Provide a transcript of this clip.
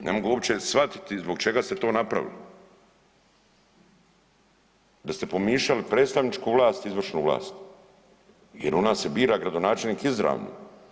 Ne mogu uopće shvatiti zbog čega se to napravilo, da ste pomiješali predstavničku vlast i izvršnu vlast, jer ona se bira gradonačelnik izravno.